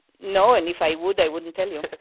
no. and if i would, i wouldn't tell you